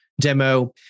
demo